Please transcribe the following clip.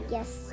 Yes